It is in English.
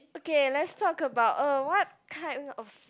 okay let's talk about uh what kind of